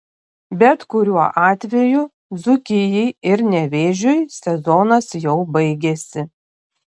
bet kuriuo atveju dzūkijai ir nevėžiui sezonas jau baigėsi